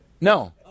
No